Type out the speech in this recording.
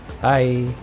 bye